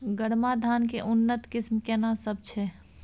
गरमा धान के उन्नत किस्म केना सब छै?